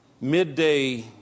midday